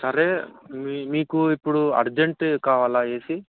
సరే మీ మీకు ఇప్పుడు అర్జెంటు కావాలా ఏసీ